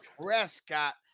Prescott